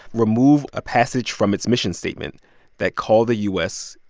removed a passage from its mission statement that called the u s.